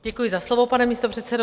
Děkuji za slovo, pane místopředsedo.